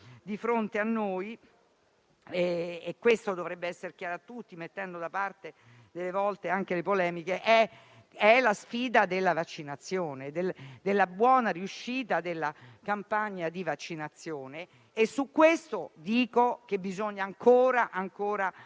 di fronte - e questo dovrebbe essere chiaro per tutti, mettendo da parte a volte anche le polemiche - è quella della vaccinazione, della buona riuscita della campagna di vaccinazione. Su questo dico che bisogna fare ancora